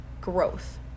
growth